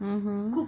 mmhmm